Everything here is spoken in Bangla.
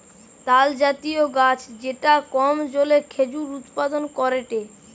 তালজাতীয় গাছ যেটা কম জলে খেজুর উৎপাদন করেটে